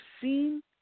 seen